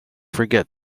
forget